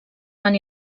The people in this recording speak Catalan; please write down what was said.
van